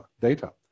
data